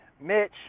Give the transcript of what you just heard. Mitch